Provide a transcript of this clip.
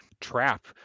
trap